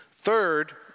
Third